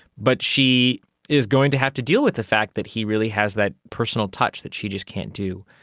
but she is going to have to deal with the fact that he really has that personal touch that she just can't do.